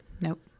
Nope